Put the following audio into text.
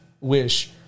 Wish